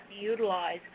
utilize